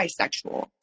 bisexual